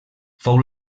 fou